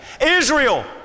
Israel